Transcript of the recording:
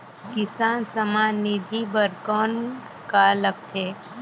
किसान सम्मान निधि बर कौन का लगथे?